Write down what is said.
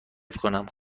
کنم